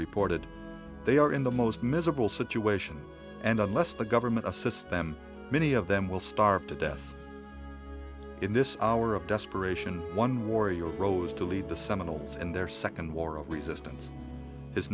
reported they are in the most miserable situation and unless the government assists them many of them will starve to death in this hour of desperation one warrior rose to lead the seminal in their second war of resistance his